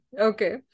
Okay